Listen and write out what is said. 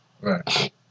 Right